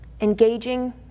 engaging